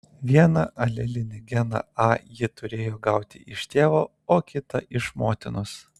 vieną alelinį geną a ji turėjo gauti iš tėvo o kitą iš motinos